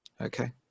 Okay